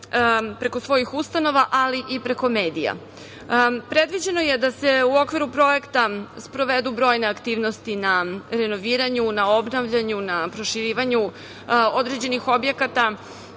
preko svojih ustanova, ali i preko medija. Predviđeno je da se u okviru projekta sprovedu brojne aktivnosti na renoviranju, na obnavljanju, na proširivanju određenih objekata,